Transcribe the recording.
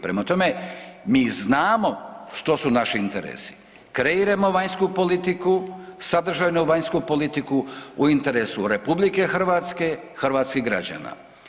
Prema tome, mi znamo što su naši interesi, kreirajmo vanjsku politiku, sadržaju vanjsku politiku u interesu RH, hrvatskih građana.